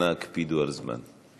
אנא הקפידו על הזמן.